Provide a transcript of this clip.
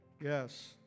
Yes